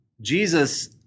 Jesus